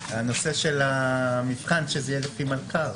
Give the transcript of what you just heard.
הנושא של המבחן, שזה יהיה לפי מלכ"ר.